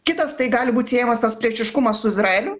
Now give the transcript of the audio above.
kitas tai gali būt siejamas tas priešiškumas izraeliui